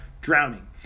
Drowning